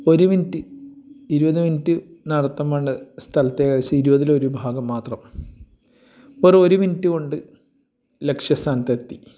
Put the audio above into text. ഒരു മിനിറ്റ് ഇരുപത് മിനിറ്റ് നടത്തം വേണ്ട സ്ഥലത്ത് ഏകദേശം ഇരുപതിലൊരു ഭാഗം മാത്രം വെറും ഒരു മിനിറ്റ് കൊണ്ട് ലക്ഷ്യ സ്ഥാനത്ത് എത്തി